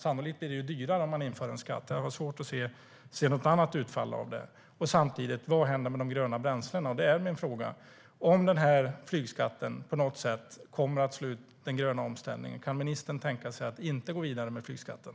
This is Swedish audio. Sannolikt blir det dyrare att införa en skatt. Jag har svårt att se något annat utfall av en skatt. Samtidigt undrar jag vad som händer med de gröna bränslena. Om flygskatten på något sätt kommer att slå ut den gröna omställningen, kan ministern tänka sig att inte gå vidare med flygskatten?